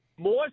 More